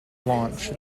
launch